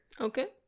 okay